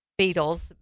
Beatles